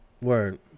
Word